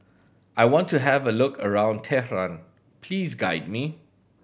I want to have a look around Tehran please guide me